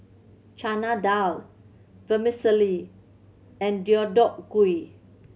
Chana Dal Vermicelli and Deodeok Gui